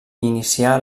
inicià